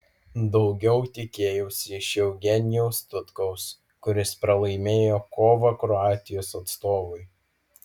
daugiau tikėjausi iš eugenijaus tutkaus kuris pralaimėjo kovą kroatijos atstovui